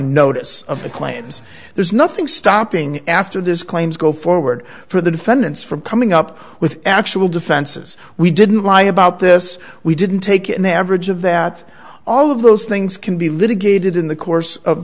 notice of the claims there's nothing stopping after this claims go forward for the defendants from coming up with actual defenses we didn't lie about this we didn't take in the average of that all of those things can be litigated in the course of